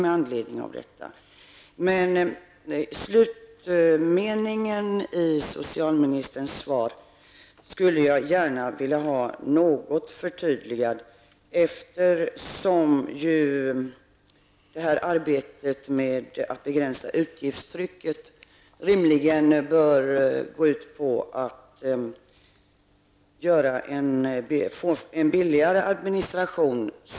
Med anledning av den sista meningen i socialministerns svar skulle jag gärna vilja ha ett förtydligande. Arbetet med att begränsa utgiftstrycket bör rimligen gå ut på att man skall få en billigare administration.